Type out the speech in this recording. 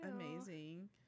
amazing